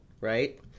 right